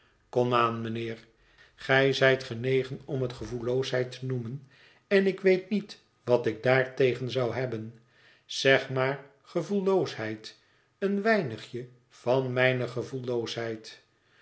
mijnheer gij zijt genegen om het gevoelloosheid te noemen en ik weet niet wat ik daar tegen zou hebben zeg maar gevoelloosheid een weinigje van mijne